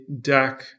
deck